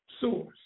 source